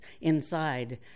inside